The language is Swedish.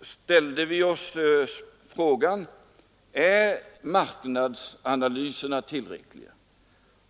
ställde vi oss frågan: Är marknadsanalyserna tillräckliga?